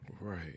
Right